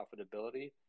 profitability